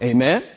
Amen